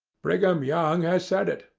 brigham young has said it,